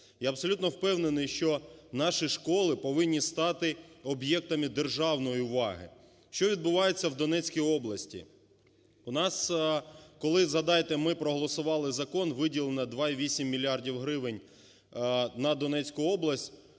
Я абсолютно впевнений, що наші школи повинні стати об'єктами державної уваги. Що відбувається в Донецькій області? У нас, коли, загадайте, ми проголосували закон, виділення 2,8 мільярдів гривень на Донецьку область,